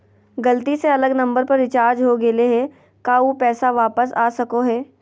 गलती से अलग नंबर पर रिचार्ज हो गेलै है का ऊ पैसा वापस आ सको है?